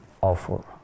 awful